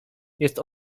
jest